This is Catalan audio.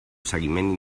seguiment